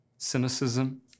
Cynicism